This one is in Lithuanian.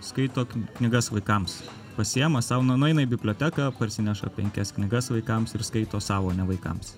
skaito knygas vaikams pasiima sau na nueina į biblioteką parsineša penkias knygas vaikams ir skaito sau o ne vaikams